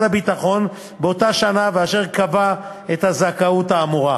הביטחון באותה שנה ואשר קבע את הזכאות האמורה.